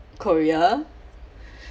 korea